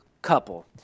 Couple